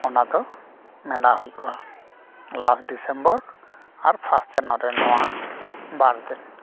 ᱚᱱᱟ ᱫᱚ ᱢᱮᱞᱟ ᱦᱩᱭᱩᱜᱼᱟ ᱞᱟᱥᱴ ᱰᱤᱥᱮᱢᱵᱚᱨ ᱟᱨ ᱯᱷᱟᱥᱴ ᱡᱟᱱᱩᱣᱟᱨᱤ ᱱᱚᱣᱟ ᱵᱟᱨᱫᱤᱱ